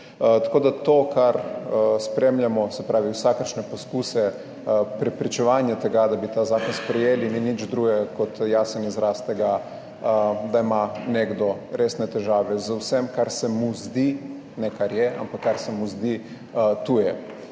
Tako da to, kar spremljamo, se pravi vsakršne poskuse preprečevanja tega, da bi ta zakon sprejeli, ni nič drugega kot jasen izraz tega, da ima nekdo resne težave z vsem, kar se mu zdi, ne kar je, ampak kar se mu zdi tuje.